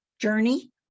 journey